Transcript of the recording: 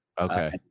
Okay